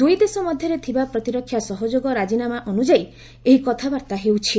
ଦୁଇ ଦେଶ ମଧ୍ୟରେ ଥିବା ପ୍ରତିରକ୍ଷା ସହଯୋଗ ରାଜିନାମା ଅନୁଯାୟୀ ଏହି କଥାବାର୍ତ୍ତା ହେଉଛି